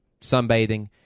sunbathing